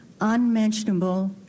unmentionable